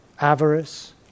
avarice